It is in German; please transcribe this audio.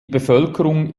bevölkerung